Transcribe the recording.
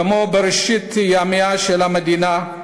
כמו בראשית ימיה של המדינה,